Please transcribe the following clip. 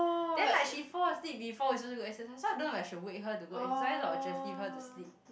then like she fall asleep before we supposed to go exercise so I don't know like should wake her to go exercise or just leave her to sleep